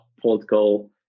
political